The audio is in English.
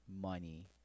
money